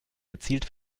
gezielt